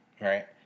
right